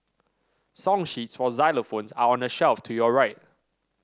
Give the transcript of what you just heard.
song sheets for xylophones are on the shelf to your right